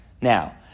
Now